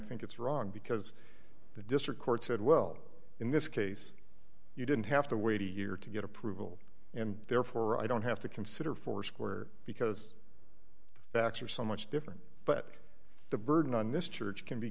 think it's wrong because the district court said well in this case you didn't have to wait a year to get approval and therefore i don't have to consider foursquare because the facts are so much different but the burden on this church can be